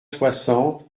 soixante